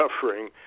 suffering